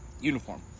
uniform